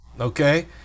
okay